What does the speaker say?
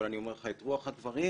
אבל אני אומר לך את רוח הדברים